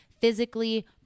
physically